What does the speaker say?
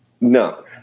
no